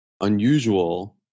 unusual